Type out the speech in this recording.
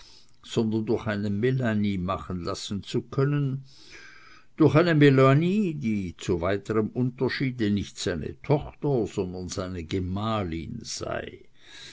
sondern durch eine melanie machen lassen zu können durch eine melanie die zu weiterem unterschiede nicht seine tochter sondern seine gemahlin sei